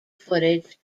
footage